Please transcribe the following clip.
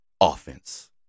offense